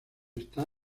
está